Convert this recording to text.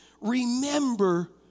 remember